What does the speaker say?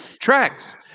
Tracks